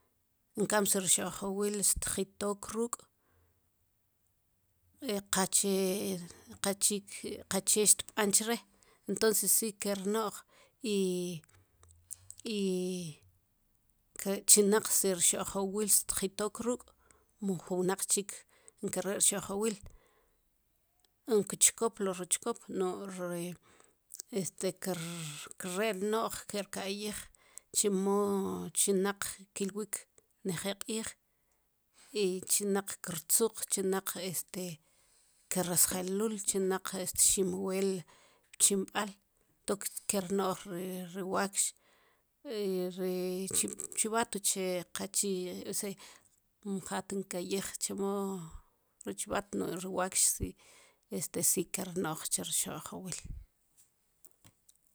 Kam si rxo'jawil, tjitot ruk' qache qachik qache qche xban chire entoces si ke rno'j i chinaq si xo'qjawil xjitot ruk' mu ju wnaq chik nkare xo'qjawil enke chikop luri chikop no ri este kerno'j ke rkayij chemo chinaq kilwiq njel qi'j chinaq krzuq chinaq este kresjelul chinaq txinwel pchimba'l toq kernoj ri wakx i ri chibat uche qa chi osea mja te nkayij chemo chibat nu ri wakx si este si kel rno'j chij xo'qjawil